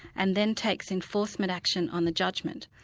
and then takes enforcement action on the judgment.